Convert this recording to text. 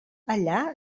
allà